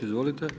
Izvolite.